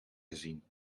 gezien